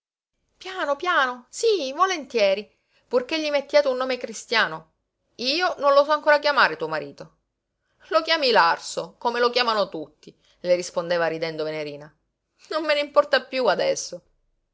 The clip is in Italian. piano piano sí volentieri purché gli mettiate un nome cristiano io non lo so ancora chiamare tuo marito lo chiami l'arso come lo chiamano tutti le rispondeva ridendo venerina non me n'importa piú adesso